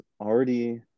already